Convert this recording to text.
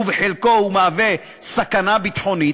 ובחלקו הוא מהווה סכנה ביטחונית,